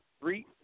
three